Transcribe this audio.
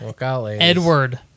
edward